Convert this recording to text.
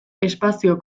espazio